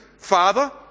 Father